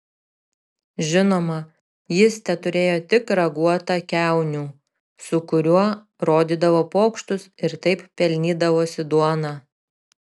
žinoma jis teturėjo tik raguotą kiaunių su kuriuo rodydavo pokštus ir taip pelnydavosi duoną